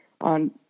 on